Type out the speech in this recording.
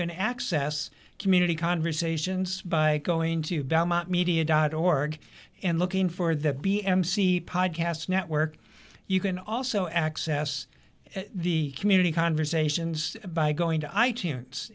can access community conversations by going to belmont media dot org and looking for the b m c podcast network you can also access the community conversations by going to i t